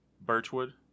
birchwood